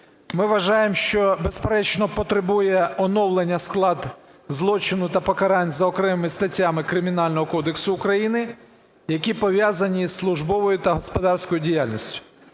Ми вважаємо, що, безперечно, потребує оновлення склад злочину та покарань за окремими статтями Кримінального кодексу України, які пов'язані зі службовою та господарською діяльністю.